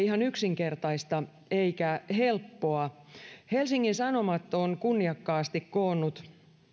ihan yksinkertaista eikä helppoa helsingin sanomat on kunniakkaasti koonnut